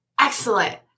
Excellent